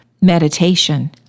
meditation